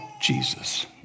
Jesus